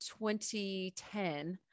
2010